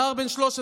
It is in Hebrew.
נער בן 13,